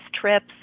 trips